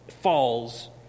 falls